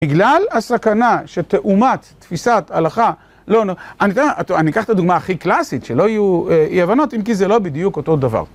בגלל הסכנה שתאומת תפיסת הלכה לא נורמלית, אני יודע, אני אקח את הדוגמה הכי קלאסית שלא יהיו אי הבנות אם כי זה לא בדיוק אותו דבר.